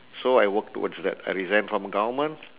so I work towards that I resign from government